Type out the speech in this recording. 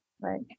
Right